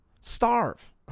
Starve